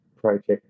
project